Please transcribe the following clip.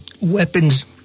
weapons